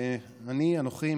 אנוכי,